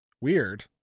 Weird